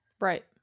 Right